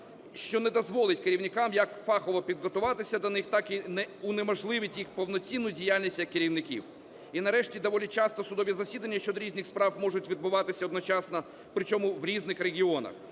що не дозволить керівникам як фахово підготуватися до них, так і унеможливить їх повноцінну діяльність як керівників. І, нарешті, доволі часто судові засідання щодо різних справ можуть відбуватися одночасно, причому в різних регіонах.